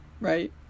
right